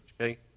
okay